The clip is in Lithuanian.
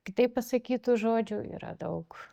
kitaip pasakytų žodžių yra daug